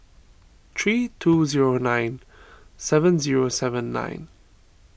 three two zero nine seven zero seven nine